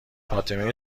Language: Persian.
فاطمه